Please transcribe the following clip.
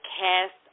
cast